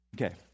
Okay